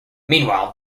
meanwhile